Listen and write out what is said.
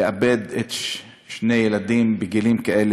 לאבד שני ילדים בגילים כאלה,